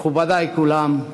מכובדי כולם,